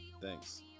Thanks